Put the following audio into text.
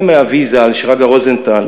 גם מאבי ז"ל, שרגא רוזנטל,